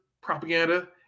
propaganda